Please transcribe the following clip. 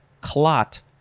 clot